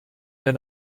der